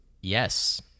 Yes